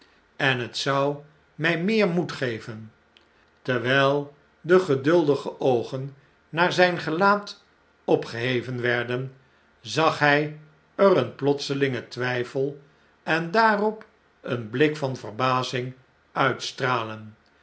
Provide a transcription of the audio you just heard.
en het zou mjj meer moed geven terwjjl de geduldige oogen naar zp gelaat opgeheven werden zag hij er een plotselingen twjjfel en daarop een blik van verbazmg uit